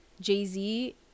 Jay-Z